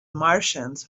martians